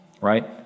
right